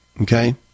Okay